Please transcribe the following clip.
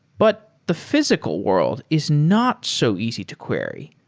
but the physical world is not so easy to query.